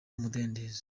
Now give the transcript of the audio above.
mudendezo